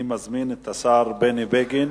אני מזמין את השר בני בגין